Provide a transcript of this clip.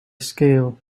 scale